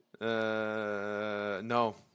no